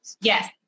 Yes